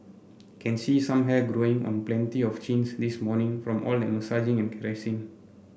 can see some hair growing on plenty of chins this morning from all that massaging and caressing